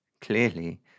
clearly